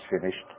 finished